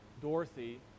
Dorothy